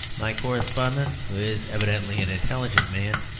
my correspondent, who is evidently an intelligent man,